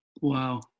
Wow